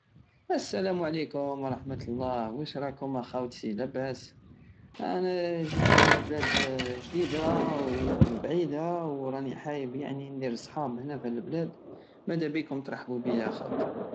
السلام عليكم ورحمة الله وشراكم خاوتي لاباس انا جيتكم من بلاد جديدة وبيعدة وراني حايب يعني ندير صحاب ها فهاد لبلاد مادابيكم ترحبو بيا خاوتي